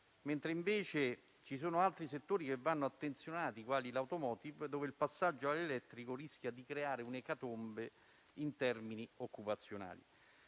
mentre ci sono altri settori che vanno attenzionati, come l'*automotive*, dove il passaggio all'elettrico rischia di creare una ecatombe in termini occupazionali.